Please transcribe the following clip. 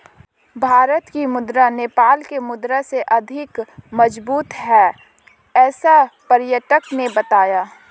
भारत की मुद्रा नेपाल के मुद्रा से अधिक मजबूत है ऐसा पर्यटक ने बताया